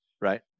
Right